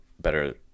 better